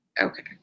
okay